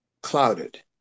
clouded